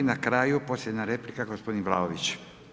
I na kraju, posljednja replika, gospodin Vlaović.